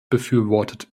befürwortet